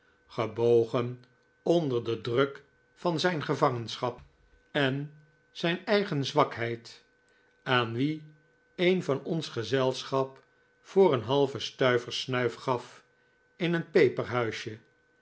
gebogen onder den druk van zijn gevangenschap en zijn eigen zwakheid aan wien een van ons gezelschap voor een halven stuiver snuif gaf in een